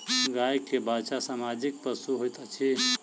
गाय के बाछा सामाजिक पशु होइत अछि